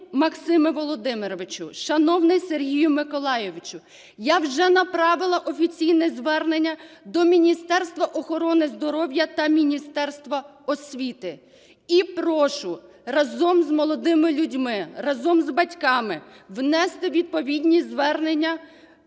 Максиме Володимировичу! Шановний Сергію Миколайовичу! Я вже направила офіційне звернення до Міністерства охорони здоров'я та Міністерства освіти і прошу разом з молодими людьми, разом з батьками внести відповідні звернення